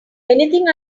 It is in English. anything